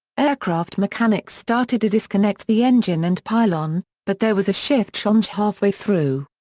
aircraft mechanics started to disconnect the engine and pylon, but there was a shift change halfway through.